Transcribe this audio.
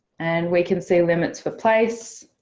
and we can see limits for place,